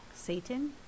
Satan